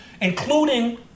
including